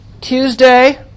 Tuesday